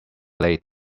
late